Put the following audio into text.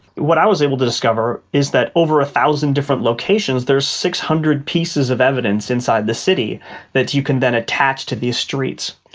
what i was able to discover is that over one ah thousand different locations there is six hundred pieces of evidence inside the city that you can then attach to these streets.